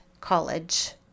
college